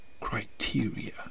criteria